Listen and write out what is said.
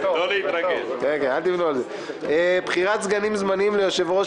2. בחירת סגנים זמניים ליושב-ראש